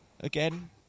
again